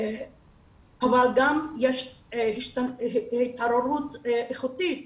אבל גם יש התעוררות איכותית